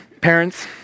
Parents